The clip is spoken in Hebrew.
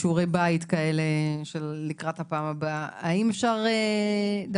כשיעורי בית לקראת הפעם הבאה, האם אפשר לעשות